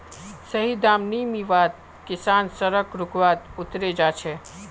सही दाम नी मीवात किसान सड़क रोकोत उतरे जा छे